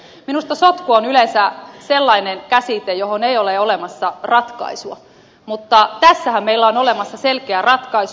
minusta sotku on yleensä sellainen käsite johon ei ole olemassa ratkaisua mutta tässähän meillä on olemassa selkeä ratkaisu